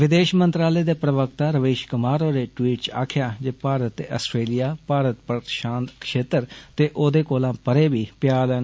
विदेष मंत्रालय दे प्रवक्ता रवीष कुमार होरें ट्वीट च आक्खेआ जे भारत ते आस्ट्रेलिया भारत प्रषांत क्षेत्र ते ओदे कोला परें बी भ्याल न